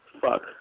Fuck